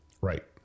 Right